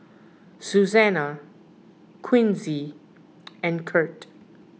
Susana Quincy and Kirt